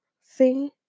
See